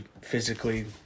physically –